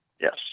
Yes